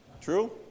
True